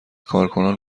کارکنان